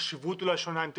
החשיבות אולי שונה אם תרצו.